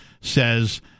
says